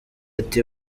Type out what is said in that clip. ati